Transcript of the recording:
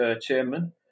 Chairman